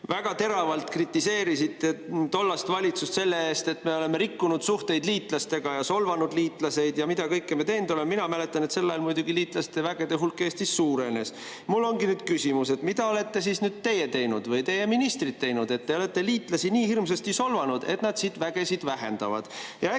väga teravalt kritiseerisite tollast valitsust selle eest, et me oleme rikkunud suhteid liitlastega, solvanud liitlasi ja mida kõike me teinud oleme. Mina mäletan, et sel ajal liitlaste vägede hulk Eestis suurenes. Mul ongi nüüd küsimus: mida olete siis teie teinud või teie ministrid teinud, et olete liitlasi nii hirmsasti solvanud, et nad siin vägesid vähendavad?